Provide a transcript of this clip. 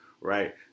right